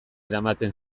eramaten